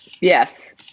yes